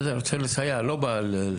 אני רוצה לסייע, אני לא בא לקנטר.